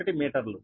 001 మీటర్లు